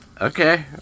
Okay